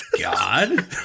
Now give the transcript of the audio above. God